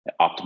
optimal